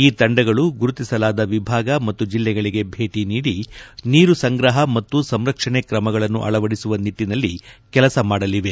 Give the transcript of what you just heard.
ಈ ತಂಡಗಳು ಗುರುತಿಸಲಾದ ವಿಭಾಗ ಮತ್ತು ಜಿಲ್ಲೆಗಳಿಗೆ ಭೇಟಿ ನೀಡಿ ನೀರು ಸಂಗ್ರಹ ಮತ್ತು ಸಂರಕ್ಷಣ್ ಕ್ರಮಗಳನ್ನು ಅಳವಡಿಸುವ ನಿಟ್ಟನಲ್ಲಿ ಕೆಲಸ ಮಾಡಲಿದ್ದಾರೆ